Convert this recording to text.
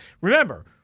Remember